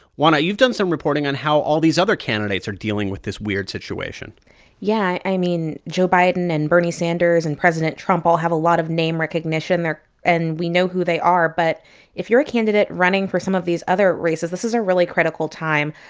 juana, you've done some reporting on how all these other candidates are dealing with this weird situation yeah. i mean, joe biden and bernie sanders and president trump all have a lot of name recognition, and we know who they are. but if you're a candidate running for some of these other races, this is a really critical time.